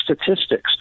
statistics